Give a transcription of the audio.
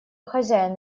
хозяин